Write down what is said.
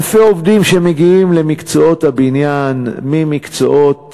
אלפי עובדים מגיעים למקצועות הבניין, מקצועות